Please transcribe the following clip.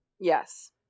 Yes